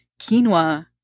quinoa